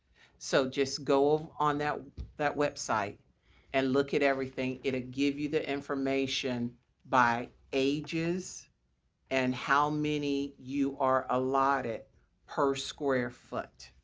so just go on that that website and look at everything. it will give you the information by ages and how many you are allotted per square foot.